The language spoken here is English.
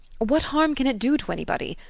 what harm can it do to anybody?